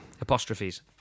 Apostrophes